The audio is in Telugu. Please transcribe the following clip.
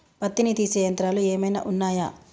పత్తిని తీసే యంత్రాలు ఏమైనా ఉన్నయా?